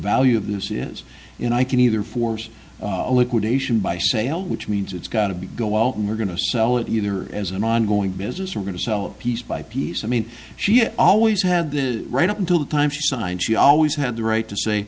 value of this is in i can either force a liquidation by sale which means it's got to be go out and we're going to sell it either as an ongoing business or are going to sell a piece by piece i mean she has always had the right up until the time she signed she always had the right to say